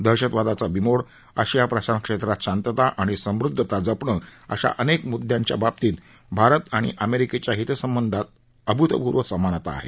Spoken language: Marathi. दहशतवादाचा बिमोड आशिया प्रशांत क्षेत्रात शांतता आणि समृद्धता जपणं अशा अनेक मुद्यांच्या बाबतीत भारत आणि अमेरिकेच्या हितसंबंधात अभूतपूर्व समानता आहे